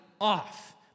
off